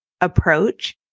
approach